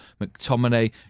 McTominay